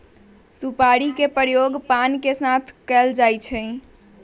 सुपारी के प्रयोग पान के साथ कइल जा हई